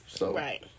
Right